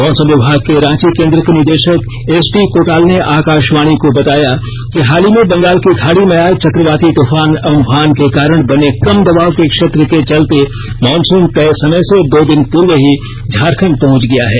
मौसम विभाग के रांची केन्द्र के निदेषक एसडी कोटाल ने आकाशवाणी को बताया कि हाल ही में बंगाल की खाड़ी में आये चक्रवाती तूफान अम्फान के कारण बने कम दबाव के क्षेत्र के चलते मानसून तय समय से दो दिन पूर्व ही झारखंड पहंच गया है